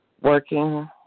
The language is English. working